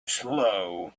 slow